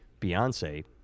Beyonce